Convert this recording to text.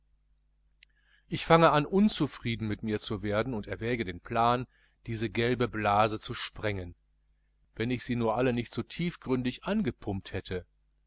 ich fange an unzufrieden mit mir zu werden und erwäge den plan diese gelbe blase zu sprengen wenn ich sie nur nicht alle so tiefgründig angepumpt hätte